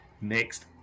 next